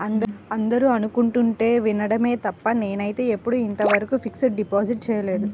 అందరూ అనుకుంటుంటే వినడమే తప్ప నేనైతే ఎప్పుడూ ఇంతవరకు ఫిక్స్డ్ డిపాజిట్ చేయలేదు